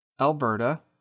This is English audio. Alberta